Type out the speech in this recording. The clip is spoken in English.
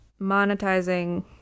monetizing